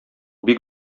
бик